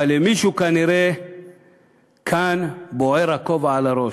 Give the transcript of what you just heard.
אבל למישהו כאן כנראה בוער הכובע על הראש.